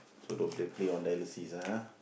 so don't play play on that dialysis ah